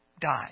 died